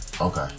Okay